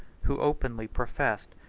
who openly professed,